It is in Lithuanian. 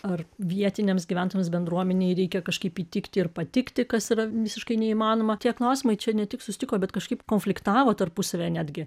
ar vietiniams gyventojams bendruomenei reikia kažkaip įtikti ir patikti kas yra visiškai neįmanoma tie klausimai čia ne tik susitiko bet kažkaip konfliktavo tarpusavyje netgi